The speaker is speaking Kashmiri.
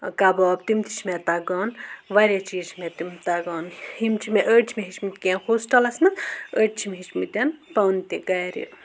کَباب تِم تہِ چھِ مےٚ تَگان واریاہ چیٖز چھِ مےٚ تِم تَگان یِم چھِ مےٚ أڑۍ چھِ مےٚ ہیٚچھمِتۍ کیٚنٛہہ ہوسٹَلَس منٛز أڑۍ چھِ مےٚ ہیٚچھمِتۍ پانہٕ تہِ گھرِ